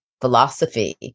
philosophy